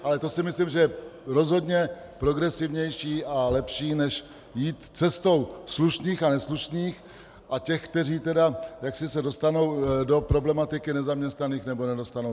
Ale to si myslím, že je rozhodně progresivnější a lepší, než jít cestou slušných a neslušných a těch, kteří se dostanou do problematiky nezaměstnaných, nebo nedostanou.